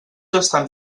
estan